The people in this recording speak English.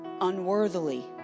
unworthily